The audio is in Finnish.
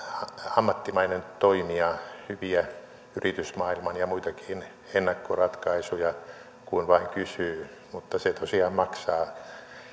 ammattimainen toimija hyviä yritysmaailman ja muitakin ennakkoratkaisuja kun vain kysyy mutta se tosiaan maksaa